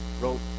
wrote